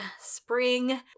spring